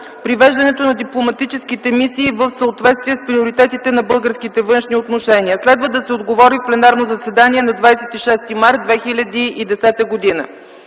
привеждането на дипломатическите мисии в съответствие с приоритетите на българските външни отношения. Следва да се отговори в пленарното заседание на 26 март 2010 г.